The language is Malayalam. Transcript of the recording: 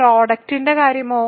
പ്രൊഡക്ടിന്റെ കാര്യമോ